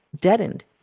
deadened